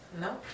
No